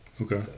Okay